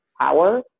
power